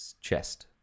chest